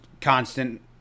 constant